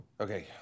Okay